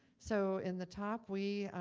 so in the top, we,